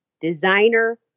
designer